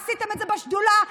עשיתם את זה בשדולה,